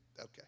Okay